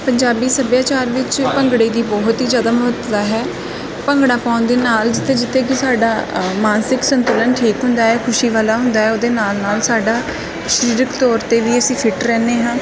ਪੰਜਾਬੀ ਸੱਭਿਆਚਾਰ ਵਿੱਚ ਭੰਗੜੇ ਦੀ ਬਹੁਤ ਹੀ ਜ਼ਿਆਦਾ ਮਹੱਤਤਾ ਹੈ ਭੰਗੜਾ ਪਾਉਣ ਦੇ ਨਾਲ ਜਿੱਥੇ ਜਿੱਥੇ ਕਿ ਸਾਡਾ ਮਾਨਸਿਕ ਸੰਤੁਲਨ ਠੀਕ ਹੁੰਦਾ ਹੈ ਖੁਸ਼ੀ ਵਾਲਾ ਹੁੰਦਾ ਹੈ ਉਹਦੇ ਨਾਲ ਨਾਲ ਸਾਡਾ ਸਰੀਰਕ ਤੌਰ 'ਤੇ ਵੀ ਅਸੀਂ ਫਿੱਟ ਰਹਿੰਦੇ ਹਾਂ